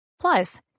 Plus